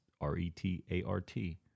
R-E-T-A-R-T